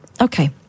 Okay